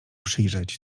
przyjrzeć